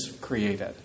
created